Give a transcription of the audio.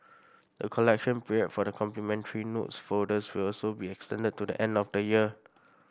the collection period for the complimentary notes folders will also be extended to the end of the year